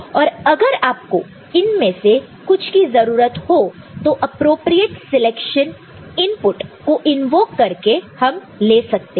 और अगर आपको इनमें से कुछ की जरूरत हो तो एप्रोप्रियेट सिलेक्शन इनपुट को इन्वोक करके हम ले सकते हैं